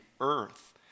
earth